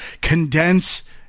Condense